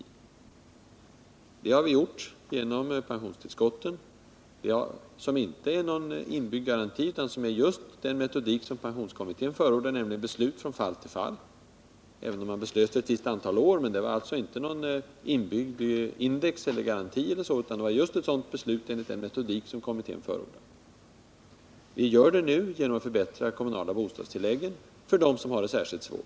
Sådana förbättringar har åstadkommits genom pensionstillskotten som inte innebär någon inbyggd garanti utan som grundas på just den metodik som pensionskommittén förordar, nämligen beslut från fall till fall, även om beslut fattades för ett visst antal år. Men det var alltså inte något inbyggt index eller någon garanti, utan det var just beslut enligt den metodik kommittén förordar. Och vi fortsätter på denna väg genom att nu förbättra de kommunala bostadstilläggen för dem som har det särskilt svårt.